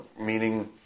Meaning